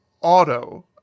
Auto